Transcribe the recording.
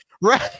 Right